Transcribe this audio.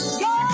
go